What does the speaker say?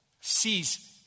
sees